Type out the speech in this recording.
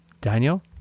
Daniel